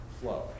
flow